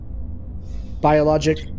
Biologic